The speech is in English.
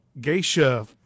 geisha